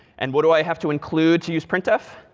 and what do i have to include you use printf?